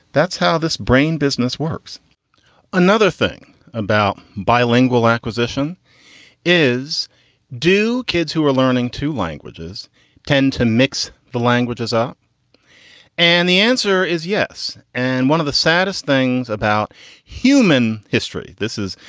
that's how this brain business works another thing about bilingual acquisition is do kids who are learning to languages tend to mix? the language is up and the answer is yes. and one of the saddest things about human history, this is,